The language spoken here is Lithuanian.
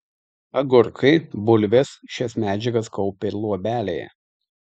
agurkai bulvės šias medžiagas kaupia luobelėje